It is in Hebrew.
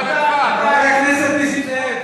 חבר הכנסת נסים זאב,